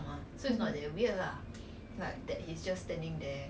he just standing there one hour leh no one looking don't say anything